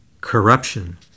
Corruption